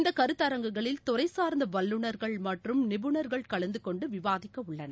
இந்தகருத்தரங்குகளில் துறைசா்ந்தவல்லுநர்கள் மற்றும் நிபுணர்கள் கலந்தகொண்டுவிவாதிக்கஉள்ளனர்